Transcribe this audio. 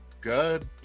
good